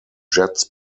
jets